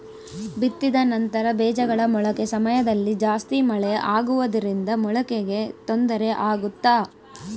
ಬಿತ್ತಿದ ನಂತರ ಬೇಜಗಳ ಮೊಳಕೆ ಸಮಯದಲ್ಲಿ ಜಾಸ್ತಿ ಮಳೆ ಆಗುವುದರಿಂದ ಮೊಳಕೆಗೆ ತೊಂದರೆ ಆಗುತ್ತಾ?